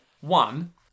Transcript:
one